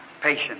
patient